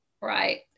Right